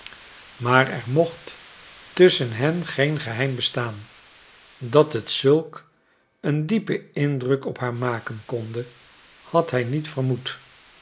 maar er mocht tusschen hen geen geheim bestaan dat het zulk een diepen indruk op haar maken konde had hij niet vermoed